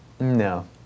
No